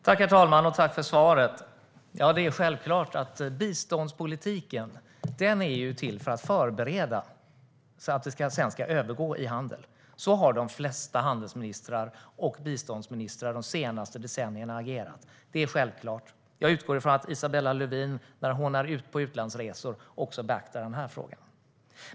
Herr talman! Tack för svaret! Det är självklart att biståndspolitiken är till för att förbereda så att det sedan kan övergå i handel. Så har de flesta handelsministrar och biståndsministrar agerat de senaste decennierna. Det är självklart. Jag utgår ifrån att Isabella Lövin också beaktar denna fråga när hon är på utlandsresor.